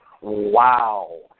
Wow